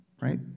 Right